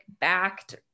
backed